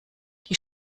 die